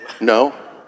No